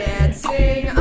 Dancing